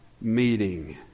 meeting